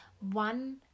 one